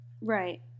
Right